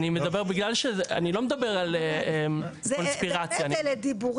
אני מדבר על שמונה מקרים כרגע שהגיעו לבתי משפט